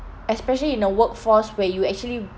especially in the workforce where you actually